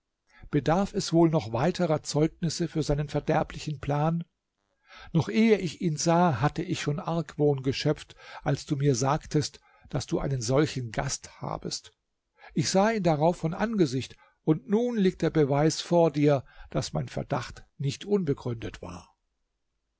bedarf es wohl noch weiterer zeugnisse für seinen verderblichen plan noch ehe ich ihn sah hatte ich schon argwohn geschöpft als du mir sagtest daß du einen solchen gast habest ich sah ihn darauf von angesicht und nun liegt der beweis vor dir daß mein verdacht nicht unbegründet war